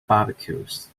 barbecues